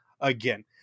again